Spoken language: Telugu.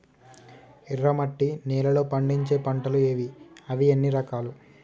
ఎర్రమట్టి నేలలో పండించే పంటలు ఏవి? అవి ఎన్ని రకాలు?